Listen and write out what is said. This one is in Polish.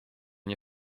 nie